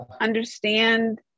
understand